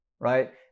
right